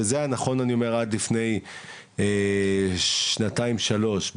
וזה היה נכון, אני אומר, עד לפני שנתיים שלוש.